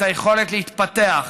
את היכולת להתפתח,